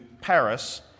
Paris